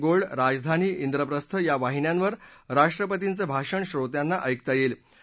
gold राजधानी इंद्रप्रस्थ या वाहिन्यांवर राष्ट्रपतींचं भाषण श्रोत्यांना ऐकता यद्दती